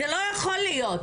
זה לא יכול להיות,